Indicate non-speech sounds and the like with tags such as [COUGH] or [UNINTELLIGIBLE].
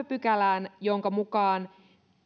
[UNINTELLIGIBLE] pykälään jonka mukaan